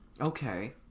Okay